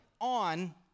on